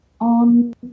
on